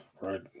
Right